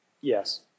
Yes